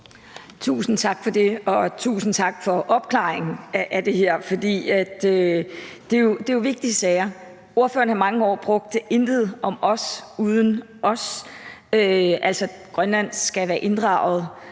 Tusind tak for det, og tusind tak for opklaringen af det her, for det er jo vigtige sager. Ordføreren har i mange år brugt udtrykket: Intet om os uden os – altså at Grønland skal være inddraget